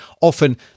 often